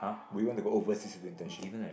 would you want to go overseas to do internship